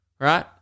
right